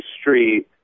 Street